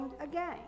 again